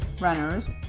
runners